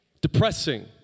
Depressing